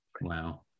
wow